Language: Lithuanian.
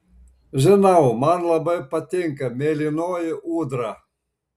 žinau man labai patinka mėlynoji ūdra